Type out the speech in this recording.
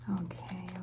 Okay